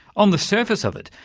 on the surface of it,